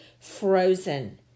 frozen